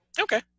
Okay